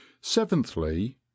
seventhly